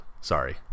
Sorry